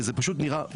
וזה פשוט נראה מחריד,